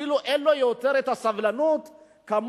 אפילו אין לו סבלנות כמונו,